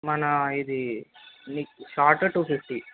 మన ఇది short two fifty